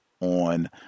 on